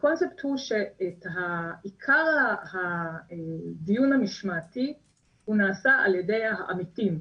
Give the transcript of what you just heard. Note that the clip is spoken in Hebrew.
הקונספט הוא שעיקר הדיון המשמעתי נעשה על ידי העמיתים.